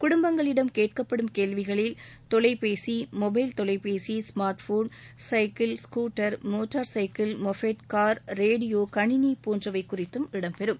குடும்பங்களிடம் கேட்கப்படும் கேள்விகளில் தொலைபேசி மொபைல் தொலைபேசி smart phone cycle scooter motor cycle moped car radio கணினி போன்றவை குறித்தும் இடம்பெறம்